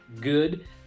good